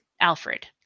Alfred